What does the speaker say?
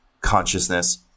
consciousness